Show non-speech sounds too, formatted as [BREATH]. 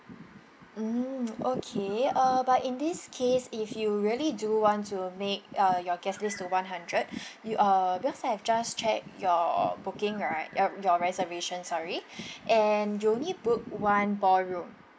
mm okay uh but in this case if you really do want to make uh your guest list to one hundred [BREATH] you uh because I have just checked your booking right uh your reservation sorry [BREATH] and you only booked one ballroom